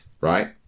right